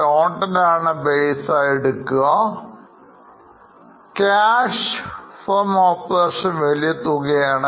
Cash from Operations വലിയ തുകയാണ്